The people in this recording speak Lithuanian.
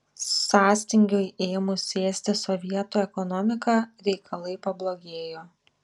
sąstingiui ėmus ėsti sovietų ekonomiką reikalai pablogėjo